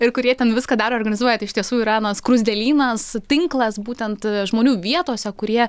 ir kurie ten viską daro organizuoja tai iš tiesų yra na skruzdėlynas tinklas būtent žmonių vietose kurie